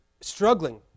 struggling